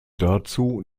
dazu